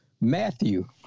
Matthew